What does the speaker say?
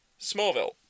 Smallville